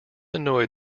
annoyed